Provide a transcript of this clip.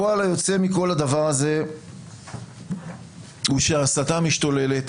הפועל היוצא מכל הדבר הזה הוא שההסתה משתוללת